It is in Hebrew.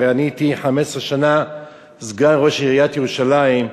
הרי אני הייתי 15 שנה סגן ראש עיריית ירושלים,